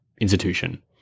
institution